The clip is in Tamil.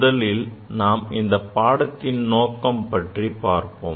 முதலில் நாம் இந்த பாடத்தின் நோக்கம் பற்றி பார்ப்போம்